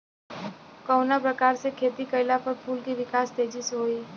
कवना प्रकार से खेती कइला पर फूल के विकास तेजी से होयी?